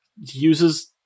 uses